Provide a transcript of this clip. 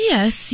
Yes